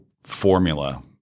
formula